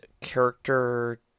character